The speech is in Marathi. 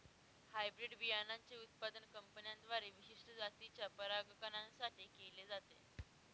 हायब्रीड बियाणांचे उत्पादन कंपन्यांद्वारे विशिष्ट जातीच्या परागकणां साठी केले जाते